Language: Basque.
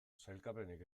sailkapenik